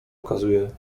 okazuje